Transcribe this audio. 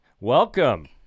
Welcome